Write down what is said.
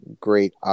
great